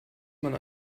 man